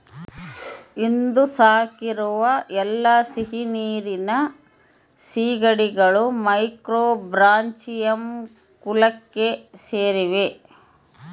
ಇಂದು ಸಾಕಿರುವ ಎಲ್ಲಾ ಸಿಹಿನೀರಿನ ಸೀಗಡಿಗಳು ಮ್ಯಾಕ್ರೋಬ್ರಾಚಿಯಂ ಕುಲಕ್ಕೆ ಸೇರಿವೆ